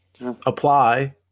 Apply